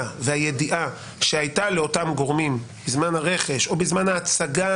והידיעה שהייתה לאותם גורמים בזמן הרכש או בזמן ההצגה